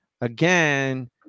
again